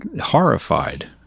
horrified